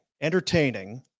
entertaining